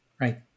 Right